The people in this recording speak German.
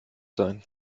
sein